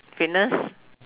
fitness